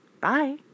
Bye